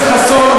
חסון,